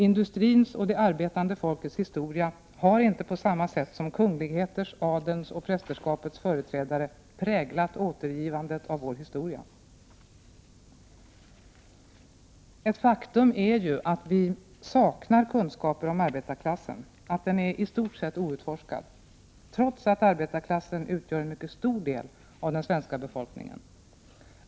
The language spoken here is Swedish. Industrins och det arbetande folkets historia har inte på samma sätt som kungligheters, adelns och prästerskapets företrädare präglat återgivandet av vår historia.” Ett faktum är ju att vi saknar kunskaper om arbetarklassen, att denna är i stort sett outforskad, trots att arbetarklassen utgör en mycket stor del av den svenska befolkningen.